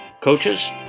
coaches